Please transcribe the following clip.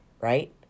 right